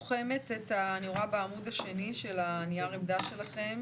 אני רואה בעמוד השני של נייר העמדה שלכם,